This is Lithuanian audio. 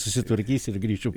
susitvarkysiu ir grįšiu